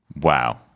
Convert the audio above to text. Wow